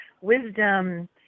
wisdom